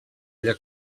ella